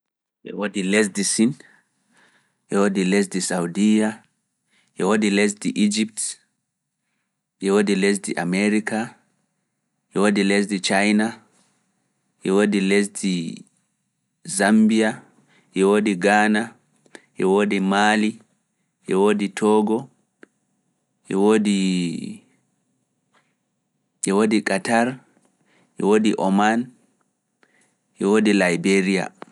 E wodi lesdi Sin, Saudia, Togo, Yowodi, Yowodi, Katar, Yowodi Oman, Yowodi, Laiberiya.